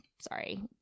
sorry